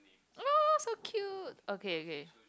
!aww! so cute okay okay